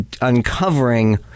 uncovering